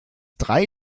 drei